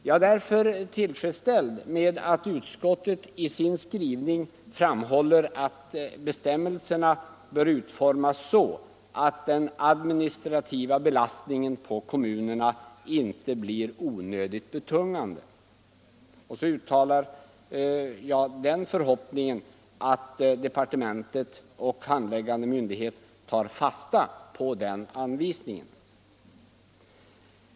Jag är därför tillfredsställd med att utskottet i sin skrivning framhåller att bestämmelserna utformas så att den administrativa belastningen på kommunerna inte blir onödigt betungande, och jag uttalar förhoppningen att departement och handläggande myndighet tar fasta på anvisningen.